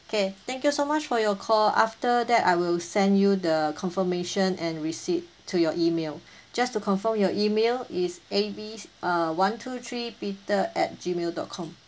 okay thank you so much for your call after that I will send you the confirmation and receipt to your email just to confirm your email is A B uh one two three peter at gmail dot com